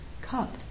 cup